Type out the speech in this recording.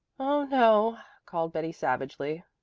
oh no, called betty savagely,